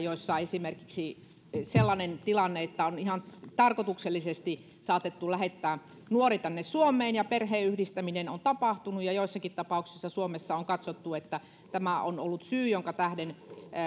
esimerkiksi sellainen tilanne että on ihan tarkoituksellisesti saatettu lähettää nuori tänne suomeen ja perheenyhdistäminen on tapahtunut koska joissakin tapauksissa suomessa on katsottu että tämä on ollut syy jonka tähden